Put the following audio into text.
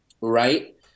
Right